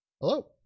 Hello